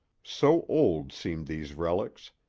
so old seemed these relics,